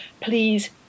please